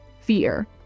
fear